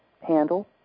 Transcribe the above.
handle